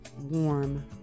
warm